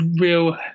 real